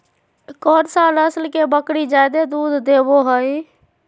कौन सा नस्ल के बकरी जादे दूध देबो हइ?